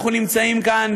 אנחנו נמצאים כאן,